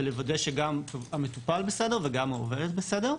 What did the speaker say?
לוודא שגם המטופל בסדר וגם העובדת בסדר.